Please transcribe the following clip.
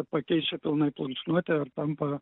pakeičia pilnai plunksnuotę ir tampa